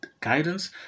guidance